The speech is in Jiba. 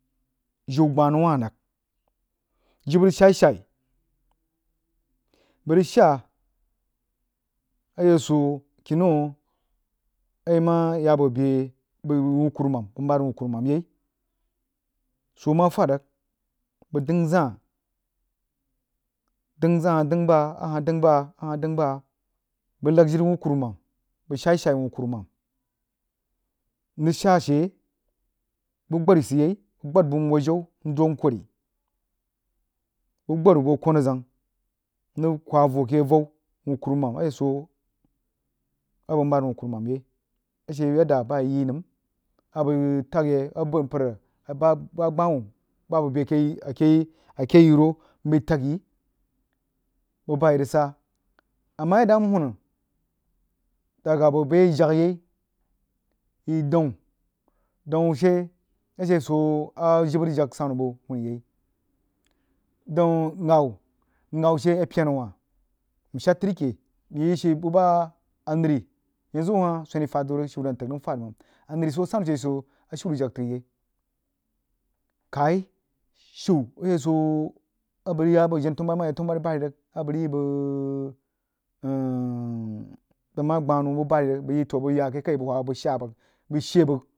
Jiu gbah nou wah rig jibə rig sha-shai bəg rig shaa a she swoh kinau a yi mah ya bo beh bəg uhh kurumam bəg mahd wuh kurumam yai soh mah fahd rig bəg dəng zah dəng zah ahah dəng bah ahah dəng bah bəg lag jiri wuhh kurumam bəg shaar-shari wuh kurumam mrig sha a she buh gbain sid yai bəg gbad buh nwahd jau ndo nkori bəg gbaru bəg hoo kwan azəng mrig wha voh ke avau wuh kurumam a she swoh a bəg maad wuh kurumam yai a she yadda buh a yi yi nəm abəg tag yi a bəg npər bah gbiwu bah abəg bəi ake yi-wo mbəi tag yi buh bah a yi rig sah a mah yadd huunah daga boh a yi jag yai yi daun, saun shee ashe swoh jibə rig jag sannu bəg huni yai daun ghau ghau she pyena wah nshad tri keh nyi ashe bubah anəri yanzu hah swani fahd ziu rig shiu rəg nəm fal mang dri soo sanu she a she swoh a shou rig jag təgi yai kyi shiu a she swoh a bəg ri ya bəg jenah tanubari bah mah yag tanubari bari rig a bəg rig yi, bəg bəg mah gbah noh buh bari rig bəg toh bəg ya ake kini nhan bəg shan bəg bəg she bəg